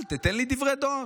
אל תיתן לי דברי דואר,